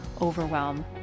overwhelm